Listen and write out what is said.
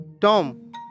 tom